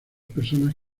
personas